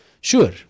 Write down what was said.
Sure